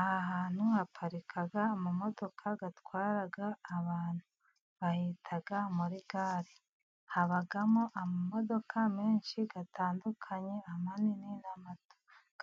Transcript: Aha hantu haparika amamodoka atwara abantu, bahita muri gare habamo amamodoka menshi atandukanye, ahanini